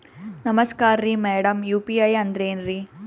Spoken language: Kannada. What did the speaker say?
ನಮಸ್ಕಾರ್ರಿ ಮಾಡಮ್ ಯು.ಪಿ.ಐ ಅಂದ್ರೆನ್ರಿ?